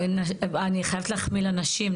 אני חייבת להחמיא לנשים.